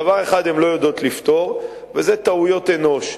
דבר אחד הן לא יודעות לפתור, וזה טעויות אנוש.